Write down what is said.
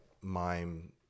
mime